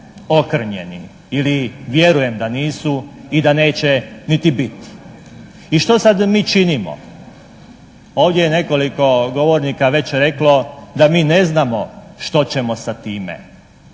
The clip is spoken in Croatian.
ili vjerujem da nisu i da neće niti biti. I što sad da mi činimo? Ovdje je nekoliko govornika već reklo da mi ne znamo što ćemo sa time